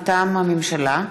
מטעם הממשלה: